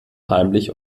heimlich